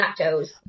nachos